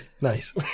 Nice